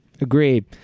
Agreed